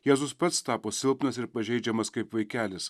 jėzus pats tapo silpnas ir pažeidžiamas kaip vaikelis